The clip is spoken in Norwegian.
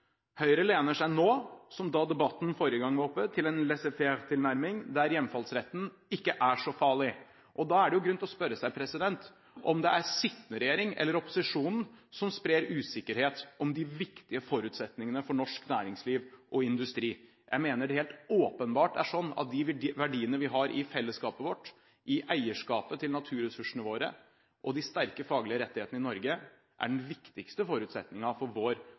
Høyre lener seg nå – som da debatten var oppe forrige gang – til en laissez faire-tilnærming, der hjemfallsretten ikke er så farlig. Da er det grunn til å spørre seg om det er den sittende regjering eller opposisjonen som sprer usikkerhet om de viktige forutsetningene for norsk næringsliv og industri. Jeg mener det helt åpenbart er slik at de verdiene vi har i fellesskapet vårt, i eierskapet til naturressursene våre og de sterke faglige rettighetene i Norge, er den viktigste forutsetningen for vår